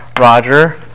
Roger